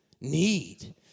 need